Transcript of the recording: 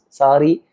sorry